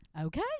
Okay